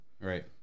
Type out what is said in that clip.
Right